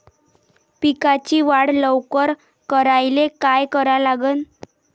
पिकाची वाढ लवकर करायले काय करा लागन?